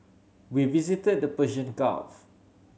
we visited the Persian Gulf